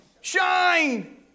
shine